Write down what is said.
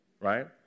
right